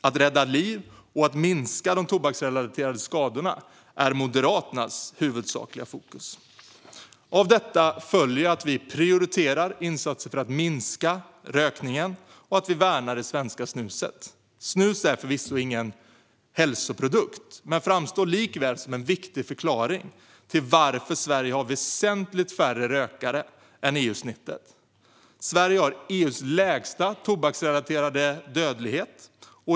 Att rädda liv och att minska de tobaksrelaterade skadorna är Moderaternas huvudsakliga fokus. Av detta följer att vi prioriterar insatser för att minska rökningen och att vi värnar det svenska snuset. Snus är förvisso ingen hälsoprodukt men framstår likväl som en viktig förklaring till varför Sverige har väsentligt färre rökare än EU-snittet. Sverige har EU:s lägsta tobaksrelaterade dödlighet.